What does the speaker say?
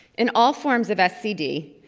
in all forms of scd,